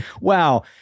Wow